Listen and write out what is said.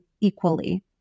equally